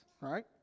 right